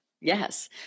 yes